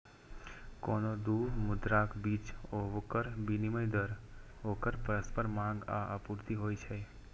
कोनो दू मुद्राक बीच ओकर विनिमय दर ओकर परस्पर मांग आ आपूर्ति होइ छै